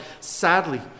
sadly